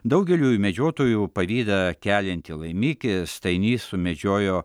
daugeliui medžiotojų pavydą keliantį laimikį stainys sumedžiojo